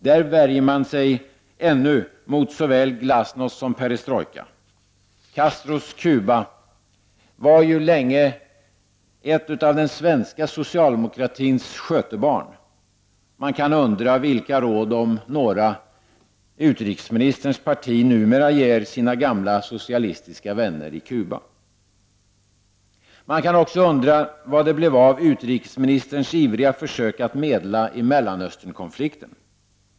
Där värjer åväl glasnost som perestrojka. Castros Kuba var länge ett av den svenska socialdemokratins skötebarn. Man kan undra vilka råd, om några, utrikesministerns parti numera ger sina gamla socialistiska vänner i Kuba. Man kan också undra vad det blev av utrikesministerns ivriga försök att medla i Mellanösternkonflikten.